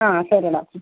ആ ശരി ഡോക്ടർ